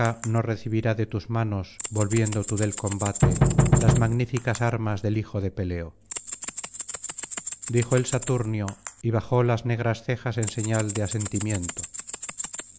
no recibirá de tus manos volviendo tú del combate las magníficas armas del hijo de peleo dijo el saturnio y bajó las negras cejas en señal de asentimiento